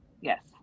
Yes